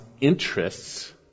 interests